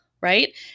right